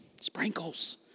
Sprinkles